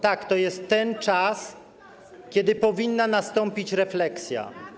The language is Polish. Tak, to jest ten czas, kiedy powinna nastąpić refleksja.